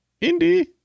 Indy